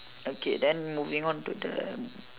okay then moving on to the